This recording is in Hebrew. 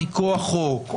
מכוח חוק,